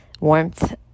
warmth